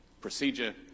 procedure